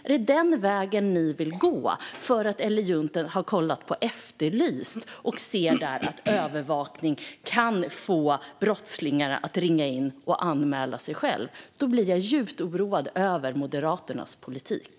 Är det den vägen Moderaterna vill gå, för att Ellen Juntti har kollat på Efterlyst och sett att övervakning kan få brottslingar att ringa in och anmäla sig själva? Då blir jag djupt oroad över Moderaternas politik.